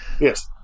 Yes